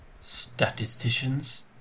Statisticians